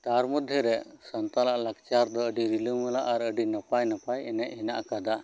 ᱛᱟᱨ ᱢᱚᱫᱽᱫᱷᱮᱨᱮ ᱥᱟᱱᱛᱟᱞᱟᱜ ᱞᱟᱠᱪᱟᱨ ᱫᱚ ᱟᱰᱤ ᱨᱤᱞᱟᱹᱢᱟᱞᱟ ᱟᱨ ᱟᱰᱤ ᱱᱟᱯᱟᱭ ᱱᱟᱯᱟᱭ ᱮᱱᱮᱡ ᱦᱮᱱᱟᱜ ᱠᱟᱫᱟ